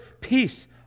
peace